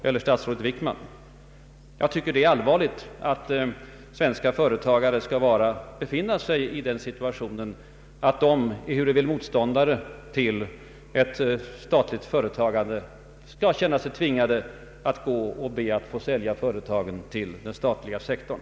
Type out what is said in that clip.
Det är enligt min mening mycket allvarligt att svenska företagare skall behöva uppleva sin situation på det sättet att de, ehuru motståndare till statligt företagande, känner sig tvingade att be att få sälja sitt företag till den statliga sektorn.